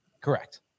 Correct